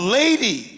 lady